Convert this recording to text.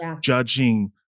judging